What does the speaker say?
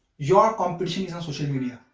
your competition is on social media.